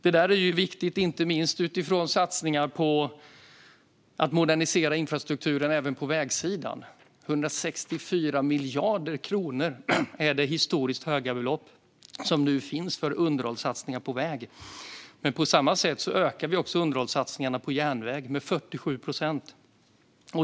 Detta är viktigt inte minst med tanke på satsningar på att modernisera infrastrukturen även på vägsidan. 164 miljarder kronor är det historiskt höga belopp som nu finns för underhållssatsningar på väg. På samma sätt ökar vi också underhållssatsningarna på järnväg med 47 procent.